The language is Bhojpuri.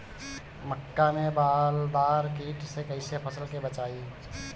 मक्का में बालदार कीट से कईसे फसल के बचाई?